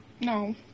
No